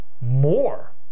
more